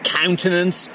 countenance